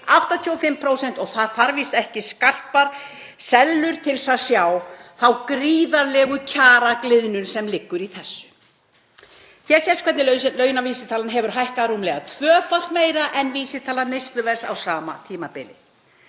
85%, og það þarf víst ekki skarpar sellur til að sjá þá gríðarlegu kjaragliðnun sem liggur í þessu. Hér sést hvernig launavísitalan hefur hækkað rúmlega tvöfalt meira en vísitala neysluverðs á sama tímabili.